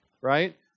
right